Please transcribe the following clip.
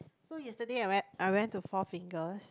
so yesterday I went I went to Four-Fingers